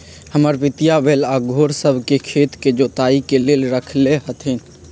हमर पितिया बैल आऽ घोड़ सभ के खेत के जोताइ के लेल रखले हथिन्ह